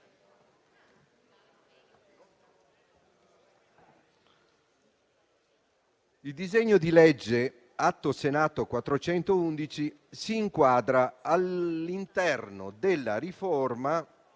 Il disegno di legge Atto Senato 411 si inquadra all'interno della riforma